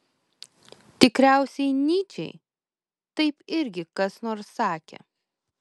tikriausiai nyčei taip irgi kas nors sakė